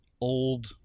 old